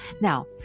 now